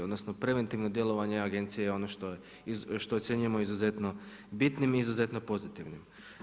Odnosno, preventivno djelovanje agencije je ono što ocjenjujemo izuzetno bitnim i izuzetno pozitivnim.